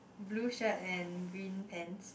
blue shirt and green pants